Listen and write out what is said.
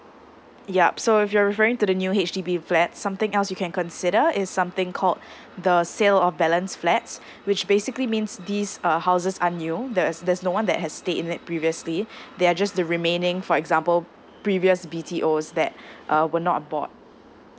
yup so if you're referring to the new H_D_B flat something else you can consider is something called the sale of balance flats which basically means these uh houses aren't new there's there's no one that has stayed in it previously they are just the remaining for example previous B_T_Os that uh were not bought